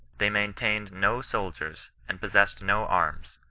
they maintained no soldiers and possessed no arms.